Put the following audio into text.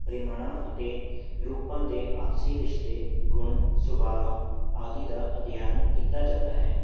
ਪ੍ਰੀਮਾਣਾ ਅਤੇ ਰੂਪਾਂ ਦੇ ਆਪਸੀ ਰਿਸ਼ਤੇ ਗੁਣ ਸੁਭਾਅ ਆਦਿ ਦਾ ਅਧਿਐਨ ਕੀਤਾ ਜਾਂਦਾ ਹੈ